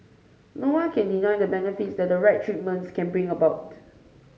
no one can deny the benefits that the right treatments can bring about